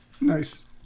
Nice